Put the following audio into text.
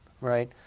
right